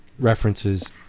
references